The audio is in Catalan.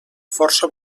força